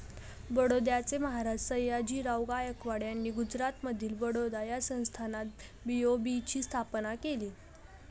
बडोद्याचे महाराज सयाजीराव गायकवाड यांनी गुजरातमधील बडोदा या संस्थानात बी.ओ.बी ची स्थापना केली